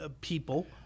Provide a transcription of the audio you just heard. people